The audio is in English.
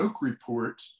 report